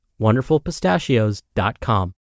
WonderfulPistachios.com